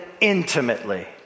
intimately